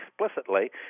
explicitly